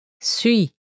Suis